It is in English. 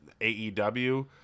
AEW